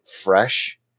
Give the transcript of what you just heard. fresh